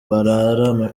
barara